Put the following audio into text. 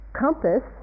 compass